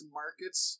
markets